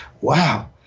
Wow